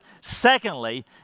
Secondly